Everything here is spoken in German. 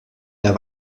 der